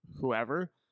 whoever